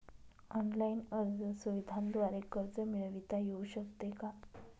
Online अर्ज सुविधांद्वारे कर्ज मिळविता येऊ शकते का?